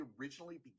originally